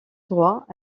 droit